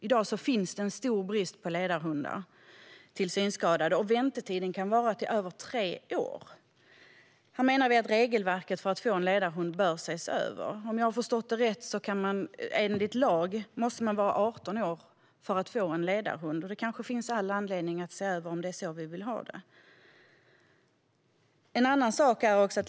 I dag är det en stor brist på ledarhundar till synskadade, och väntetiden kan vara över tre år. Vi menar att regelverket som gäller för att man ska få en ledarhund bör ses över. Om jag har förstått det rätt måste man enligt lag vara 18 år för att kunna få en ledarhund. Det kanske finns anledning att se över om det är så vi vill ha det.